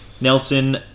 Nelson